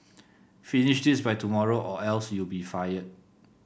finish this by tomorrow or else you'll be fired